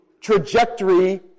trajectory